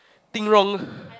think wrong